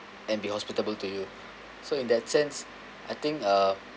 and be hospitable to you so in that sense I think uh